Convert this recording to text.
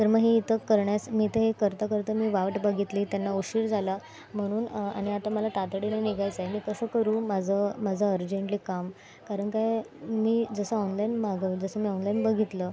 तर मग हे इथे करण्यास मी इथे करता करता मी वाट बघितली त्यांना उशीर झाला म्हणून आणि आता मला तातडीने निघायचं आहे मी कसं करू माझं माझं अर्जंटली काम कारण काय मी जसं ऑनलाईन मागव जसं मी ऑनलाईन बघितलं